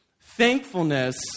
thankfulness